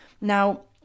Now